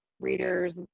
readers